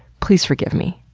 please forgive me,